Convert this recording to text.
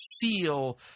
feel